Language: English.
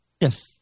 Yes